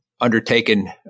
undertaken